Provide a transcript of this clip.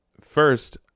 first